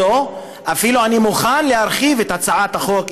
אני אפילו מוכן להרחיב את הצעת החוק,